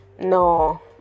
no